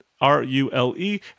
R-U-L-E